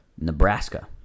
nebraska